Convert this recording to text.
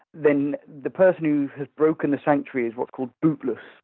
then the person who has broken the sanctuary is what's called bootless,